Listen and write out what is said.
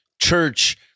Church